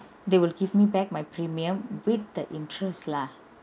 they will give me back my premium with the interest lah